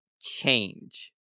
change